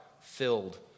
filled